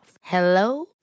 Hello